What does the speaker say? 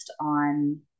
on